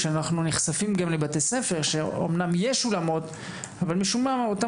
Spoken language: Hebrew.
אנחנו נחשפים לבתי ספר שאמנם יש בהם אולמות אבל משום-מה אותם